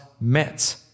met